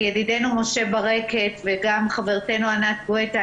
כי ידידנו משה ברקת וגם חברתנו ענת גואטה,